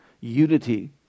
unity